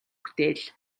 бүтээл